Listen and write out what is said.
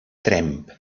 tremp